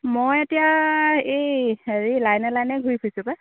মই এতিয়া এই হেৰি লাইনে লাইনে ঘূৰি ফুৰিছোঁ পাই